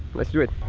let's do it.